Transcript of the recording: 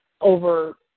over